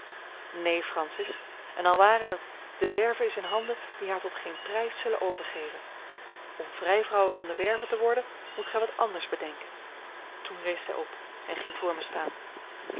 neen francis en al ware dat de werve is in handen die haar tot geen prijs zullen overgeven om vrijvrouwe van de werve te worden moet gij wat anders bedenken toen rees zij op en ging voor mij staan